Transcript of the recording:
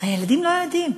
הילדים לא יודעים.